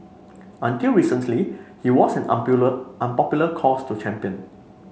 until recently he wasn't an unpopular cause to champion